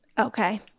Okay